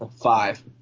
Five